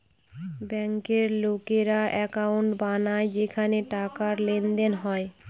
ব্যাঙ্কের লোকেরা একাউন্ট বানায় যেখানে টাকার লেনদেন হয়